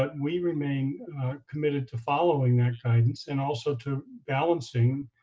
but we remain committed to following that guidance and also to balancing,